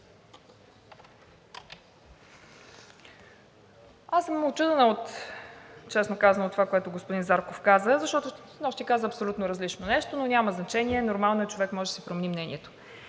Аз съм учудена, честно казано, от това, което каза господин Зарков, защото снощи каза абсолютно различно нещо. Но няма значение, нормално е – човек може да си промени мнението.